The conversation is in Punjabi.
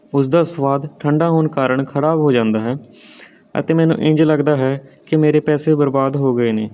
ਉਸ ਦਾ ਸਵਾਦ ਠੰਡਾ ਹੋਣ ਕਾਰਨ ਖ਼ਰਾਬ ਹੋ ਜਾਂਦਾ ਹੈ ਅਤੇ ਮੈਨੂੰ ਇੰਝ ਲੱਗਦਾ ਹੈ ਕਿ ਮੇਰੇ ਪੈਸੇ ਬਰਬਾਦ ਹੋ ਗਏ ਨੇ